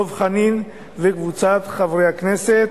ודב חנין וקבוצת חברי הכנסת,